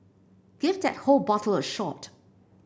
give that whole bottle a shot